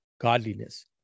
godliness